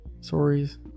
stories